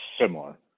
similar